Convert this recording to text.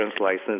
license